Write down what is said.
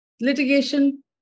Litigation